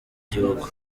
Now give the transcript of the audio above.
gihugu